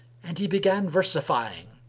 and he began versifying,